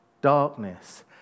darkness